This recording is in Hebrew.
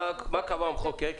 מה קבע המחוקק?